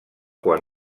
quan